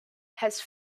has